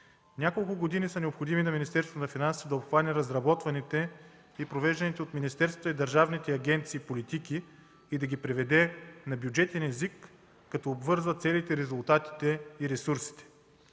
Няколко години са необходими на Министерството на финансите да обхване разработваните и провежданите от министерствата и държавните агенции политики и да ги преведе на бюджетен език, като обвързва цели, резултати и ресурси.